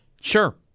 Sure